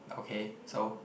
okay so